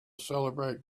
celebrate